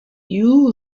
you